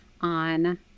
on